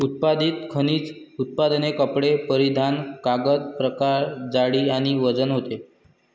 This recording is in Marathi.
उत्पादित खनिज उत्पादने कपडे परिधान कागद प्रकार जाडी आणि वजन होते